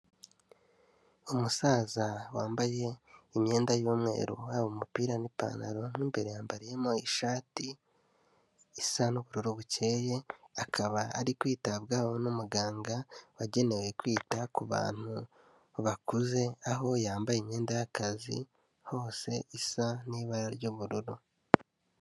Umusaza wambaye imyenda y'umweru haba umupira n'ipantaro mu imbere yambariyemo ishati, isa n'ubururu bucyeye, akaba ari kwitabwaho n'umuganga wagenewe kwita ku bantu bakuze, aho yambaye imyenda y'akazi hose isa n'ibara ry'ubururu.